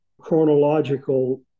chronological